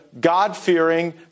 God-fearing